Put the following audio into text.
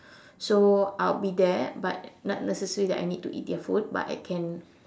so I'll be there but not necessary that I need to eat their food but I can